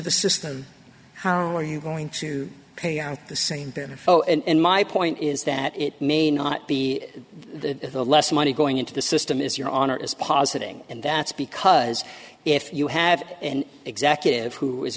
the system how are you going to pay on the same bear and my point is that it may not be the less money going into the system is your honor is positing and that's because if you have an executive who is